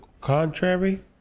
contrary